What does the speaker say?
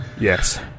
Yes